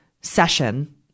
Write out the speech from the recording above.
session